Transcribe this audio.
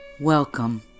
Welcome